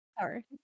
Sorry